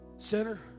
Sinner